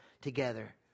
together